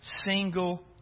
single